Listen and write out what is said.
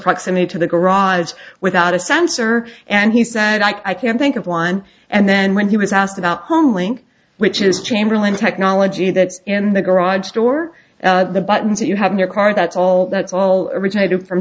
proximity to the garage without a sensor and he said i can think of one and then when he was asked about home link which is chamberlain technology that's in the garage door the buttons you have in your car that's all that's all originated from